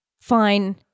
Fine